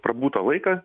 prabūtą laiką